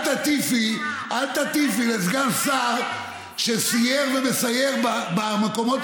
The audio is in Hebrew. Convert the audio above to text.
אל תטיפי לסגן שר שסייר ומסייר במקומות